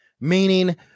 Meaning